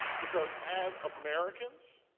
because as americans,